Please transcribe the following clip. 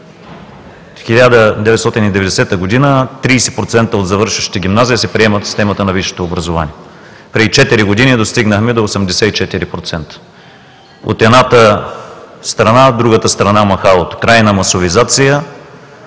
1990 г. 30% от завършващите гимназия се приемат в системата на висшето образование. Преди четири години достигнахме до 84%, от едната страна. От другата страна – махалото – крайна масовизация.